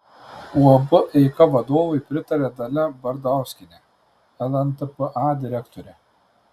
uab eika vadovui pritaria dalia bardauskienė lntpa direktorė